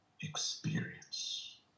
Experience